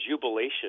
jubilation